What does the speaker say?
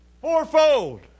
fourfold